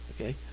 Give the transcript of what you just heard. okay